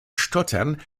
stottern